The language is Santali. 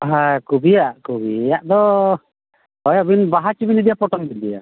ᱦᱮᱸ ᱠᱚᱵᱷᱤᱭᱟᱜ ᱠᱚ ᱠᱚᱵᱷᱤᱭᱟᱜ ᱫᱚ ᱦᱳᱭ ᱟᱹᱵᱤᱱ ᱵᱟᱦᱟ ᱪᱮᱵᱤᱱ ᱤᱫᱤᱭᱟ ᱯᱚᱴᱚᱢᱟᱜ ᱵᱤᱱ ᱤᱫᱤᱭᱟ